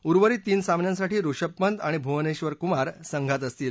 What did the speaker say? उर्वरित तीन सामन्यांसाठी ऋषभ पंत आणि भुवनेश्वर कुमार संघात असतील